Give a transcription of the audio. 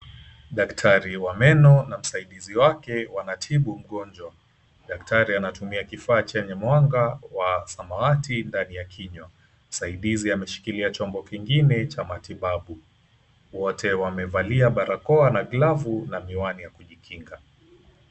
Daktari wa meno na msaidizi wake wanatibu mgonjwa. Daktari anatumia kifaa chenye mwanga wa samawati ndani ya kinywa. Msaidizi ameshikilia chombo kingine cha matibabu. Wote wamevalia barakoa na glavu na miwani ya kujikinga.